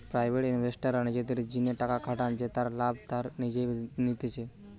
private ইনভেস্টররা নিজেদের জিনে টাকা খাটান জেতার লাভ তারা নিজেই নিতেছে